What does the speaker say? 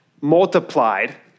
multiplied